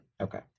Okay